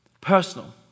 personal